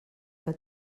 que